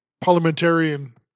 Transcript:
parliamentarian